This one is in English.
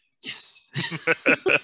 Yes